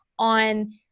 on